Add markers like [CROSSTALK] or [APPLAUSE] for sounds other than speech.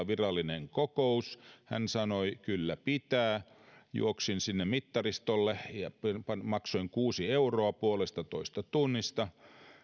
[UNINTELLIGIBLE] virallinen kokous hän sanoi kyllä pitää juoksin sinne mittaristolle ja maksoin kuusi euroa puolestatoista tunnista